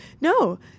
no